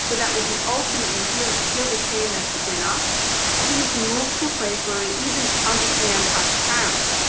so that we can ultimately heal and heal the shame that's within us and we can move to a place where we even understand our parents,